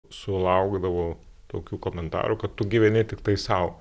sulaukdavau tokių komentarų kad tu gyveni tiktai sau